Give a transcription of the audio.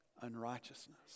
unrighteousness